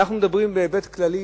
אנחנו מדברים בהיבט כללי,